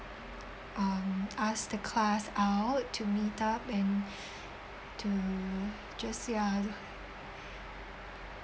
um ask the class out to meet up and to just ya